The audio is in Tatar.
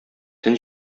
төн